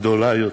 גדולה יותר.